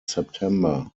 september